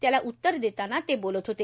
त्याला उतर देताना ते बोलत होते